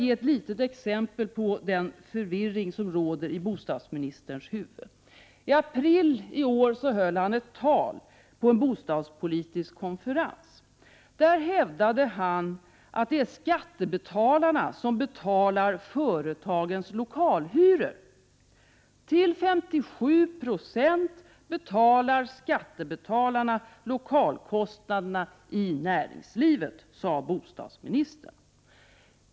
Ett exempel på den förvirring som råder i bostadsministerns huvud: I april i år höll bostadsministern ett tal på en bostadspolitisk konferens. Han hävdade då att det är skattebetalarna som bestrider företagens lokalhyror. Till 57 Ie bestrider skattebetalarna lokalkostnaderna i näringslivet, sade nämligen bostadsministern.